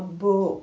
అబ్బో